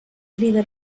crida